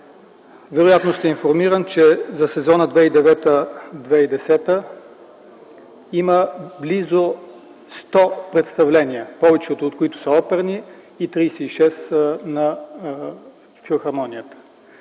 Вероятно сте информиран, че за сезона 2009-2010 г. има близо 100 представления, повечето от които са оперни и 36 на филхармонията.